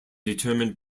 determined